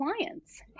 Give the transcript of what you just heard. clients